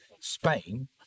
Spain